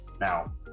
Now